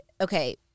Okay